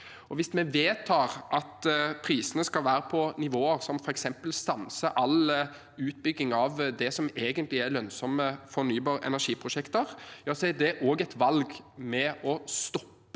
Hvis vi vedtar at prisene skal være på nivåer som f.eks. stanser all utbygging av det som egentlig er lønnsomme fornybar energi-prosjekter, er det også et valg om å stoppe